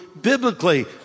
biblically